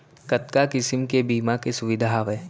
कतका किसिम के बीमा के सुविधा हावे?